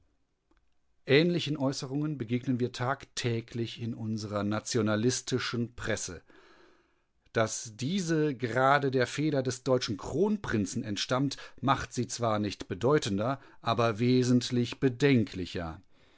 ähnlichen äußerungen begegnen wir tagtäglich in unserer nationalistischen presse daß diese gerade der feder des deutschen kronprinzen entstammt macht sie zwar nicht bedeutender aber wesentlich bedenklicher